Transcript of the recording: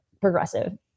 progressive